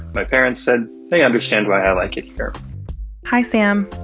my parents said they understand why i like it here hi, sam.